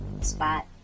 Spot